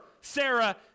Sarah